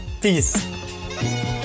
Peace